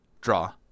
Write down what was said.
draw